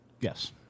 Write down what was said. Yes